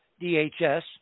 DHS